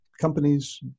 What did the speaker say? companies